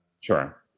Sure